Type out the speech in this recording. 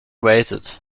waited